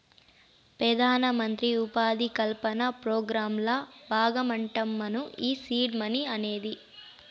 పెదానమంత్రి ఉపాధి కల్పన పోగ్రాంల బాగమంటమ్మను ఈ సీడ్ మనీ అనేది